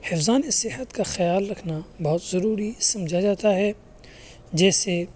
حفظان صحت کا خیال رکھنا بہت ضروری سمجھا جاتا ہے جیسے